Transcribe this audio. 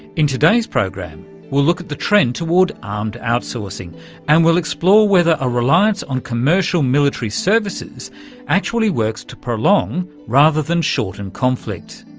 in today's program we'll look at the trend toward armed outsourcing and we'll explore whether a reliance on commercial military services actually works to prolong, rather than shorten conflict.